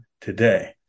today